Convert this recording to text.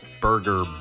burger